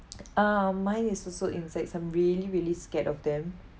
um mine is also insects I'm really really scared of them